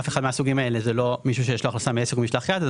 אף אחד מהסוגים האלה זה לא מישהו שיש לו הכנסה מעסק או ממשלח יד אז